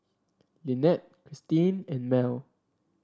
Lynette Christine and Mell